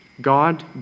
God